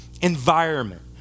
environment